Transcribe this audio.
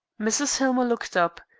mrs. hillmer looked up,